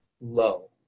low